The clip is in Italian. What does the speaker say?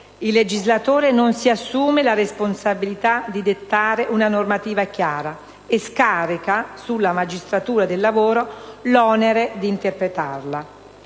il legislatore non si assume la responsabilità di dettare una normativa chiara e scarica sulla magistratura del lavoro l'onere di interpretarla.